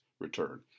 return